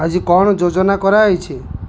ଆଜି କ'ଣ ଯୋଜନା କରାଯାଇଛି